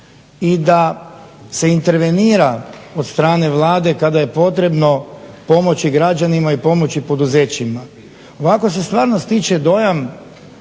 i da se intervenira od strane Vlade kada je potrebno pomoći građanima i pomoći poduzećima. Ovako se stvarno stječe dojam